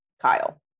Kyle